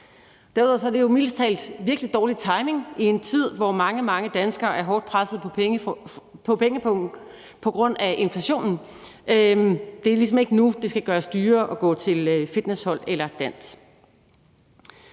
mildest talt virkelig dårlig timing i en tid, hvor mange, mange danskere er hårdt pressede på pengepungen på grund af inflationen – det er ligesom ikke nu, det skal gøres dyrere at gå til fitnesshold eller dans.